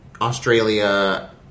Australia